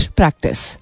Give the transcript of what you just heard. practice